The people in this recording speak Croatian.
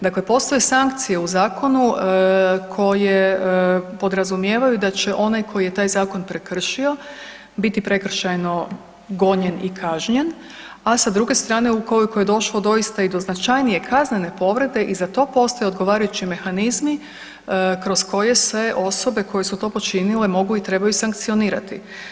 Dakle, postoje sankcije u zakonu koje podrazumijevaju da će onaj koji je taj zakon prekršio biti prekršajno gonjen i kažnjen, a sa druge strane ukoliko je došlo doista i do značajnije kaznene povrede i za to postoje odgovarajući mehanizmi kroz koje se osobe koje su to počinile mogu i trebaju sankcionirati.